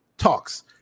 Talks